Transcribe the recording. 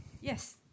Yes